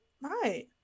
right